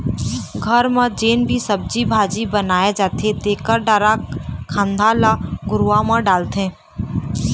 घर म जेन भी सब्जी भाजी बनाए जाथे तेखर डारा खांधा ल घुरूवा म डालथे